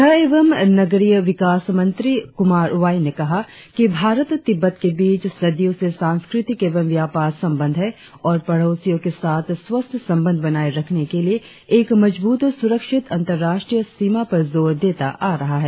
गृह एवं नगरीय विकास मंत्रि कुमार वाई ने कहा कि भारत और तिब्बत के बीच सदियों से सांस्कृतिक एवं व्यापार संबंध है और पड़ोसियों के साथ स्वस्थ्य संबंध बनाए रखने के लिए एक मजब्रत और सुरक्षित अंतर्राष्ट्रीय सीमा पर जोर देता आ रहा है